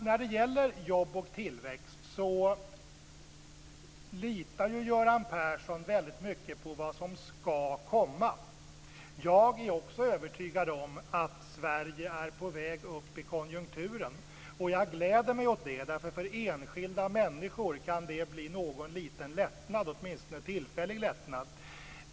När det gäller jobb och tillväxt litar Göran Persson väldigt mycket på vad som skall komma. Jag är också övertygad om att Sverige är på väg upp i konjunkturen. Jag gläder mig åt det, därför att det för enskilda människor kan bli någon liten lättnad, åtminstone tillfällig lättnad.